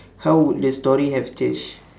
how would the story have changed